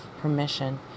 permission